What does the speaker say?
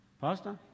Pastor